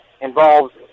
involves